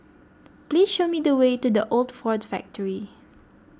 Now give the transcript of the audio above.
please show me the way to the Old Ford Factor